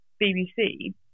BBC